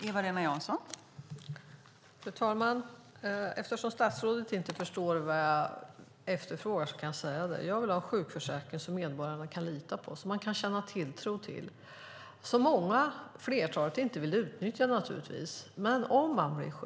Fru talman! Eftersom statsrådet inte förstår vad jag efterfrågar kan jag säga det. Jag vill ha en sjukförsäkring som medborgarna kan lita på och som de kan känna tilltro till. Flertalet vill naturligtvis inte utnyttja den.